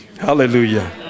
Hallelujah